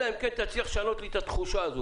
אלא אם כן תצליח לשנות לי את התחושה הזאת.